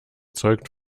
zeugt